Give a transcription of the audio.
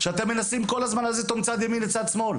שאתם מנסים כל הזמן להזיז אותו מצד ימין לצד שמאל.